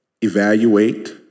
evaluate